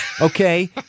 okay